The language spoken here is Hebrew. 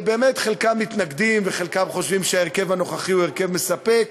באמת חלקם מתנגדים וחלקם חושבים שההרכב הנוכחי הוא הרכב מספק.